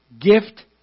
gift